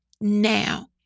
now